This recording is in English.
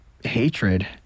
Hatred